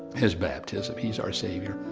his baptism, he's our savior.